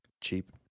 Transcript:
Cheap